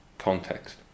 context